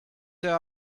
there